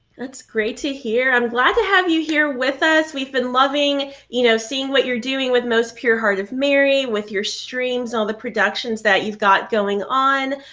that's great to hear. i'm glad to have you here with us, we've been loving, you know, seeing what you're doing with most pure heart of mary, with your streams on the productions that you've got going on.